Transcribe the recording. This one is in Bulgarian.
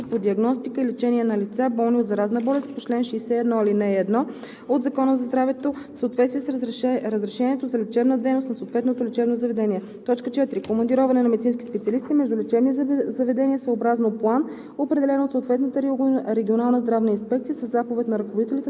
помощ; 3. определяне на брой легла в лечебните заведения за болнична помощ за дейности по диагностика и лечение на лица, болни от заразна болест по чл. 61, ал. 1 от Закона за здравето, в съответствие с разрешението за лечебна дейност на съответното лечебно заведение; 4. командироване на медицински специалисти между лечебни заведения съобразно план,